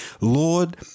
Lord